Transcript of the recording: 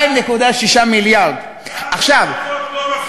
2.6 מיליארד דולר.